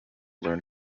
learn